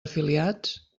afiliats